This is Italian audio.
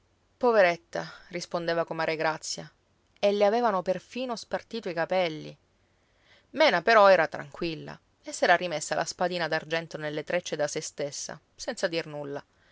poveretta rispondeva comare grazia e le avevano perfino spartito i capelli mena però era tranquilla e s'era rimessa la spadina d'argento nelle trecce da se stessa senza dir nulla